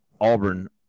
Auburn –